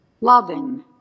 loving